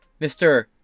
Mr